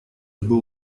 был